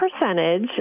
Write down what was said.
percentage